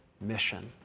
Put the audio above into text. mission